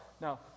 Now